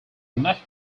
united